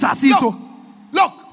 look